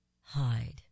hide